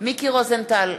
מיקי רוזנטל,